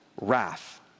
wrath